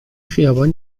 خیابان